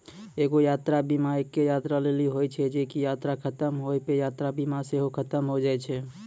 एगो यात्रा बीमा एक्के यात्रा लेली होय छै जे की यात्रा खतम होय पे यात्रा बीमा सेहो खतम होय जाय छै